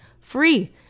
free